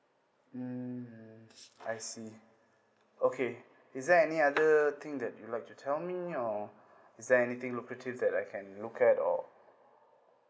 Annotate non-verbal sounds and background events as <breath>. mm I see okay <breath> is there any other thing that you'd like tell me or <breath> you know is there anything lucrative that I can look at or